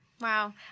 Wow